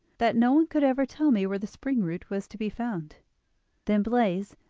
that no one could ever tell me where the spring-root was to be found then blaize,